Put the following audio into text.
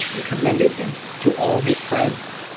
and commended him to all his friends,